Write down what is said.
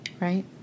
right